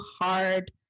hard